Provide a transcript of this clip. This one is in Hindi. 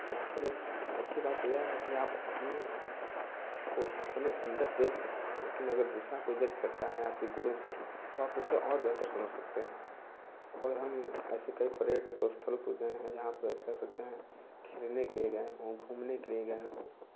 यहाँ पर एक अच्छी बात यह है कि आप अपने को अपने अन्दर देख सकते हैं लेकिन अगर दूसरा कोई जज करता है आपके गुणों से तो आप उससे और बेहतर समझ सकते हैं और हम ऐसे कई परेड स्थलों पर गए हैं जहाँ पर कह सकते हैं खेलने के लिए गए हैं घूमने के लिए गए हैं और